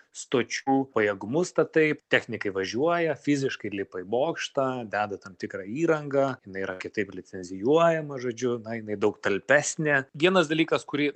stočių pajėgumus tad taip technikai važiuoja fiziškai lipa į bokštą deda tam tikrą įrangą jinai yra kitaip licenzijuojama žodžiu na jinai daug talpesnė vienas dalykas kurį